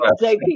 jp